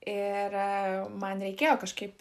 ir man reikėjo kažkaip